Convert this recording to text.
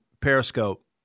Periscope